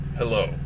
Hello